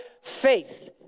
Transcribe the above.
faith